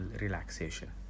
relaxation